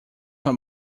not